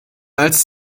als